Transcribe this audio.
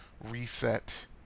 reset